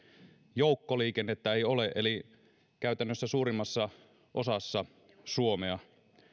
joukkoliikennettä ei ole eli käytännössä suurimmassa osassa suomea